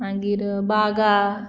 मागीर बागा